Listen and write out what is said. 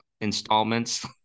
installments